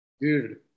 dude